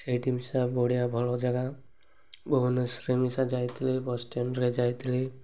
ସେଇଠି ମିଶା ବଢ଼ିଆ ଭଲ ଜାଗା ଭୁବନେଶ୍ଵର ଯାଇଥିଲି ବସ୍ ଷ୍ଟାଣ୍ଡରେ ଯାଇଥିଲି